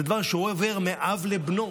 זה דבר שעובר מאב לבנו.